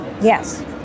Yes